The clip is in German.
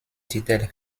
titel